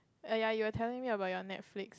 err ya you are telling me about your Netflix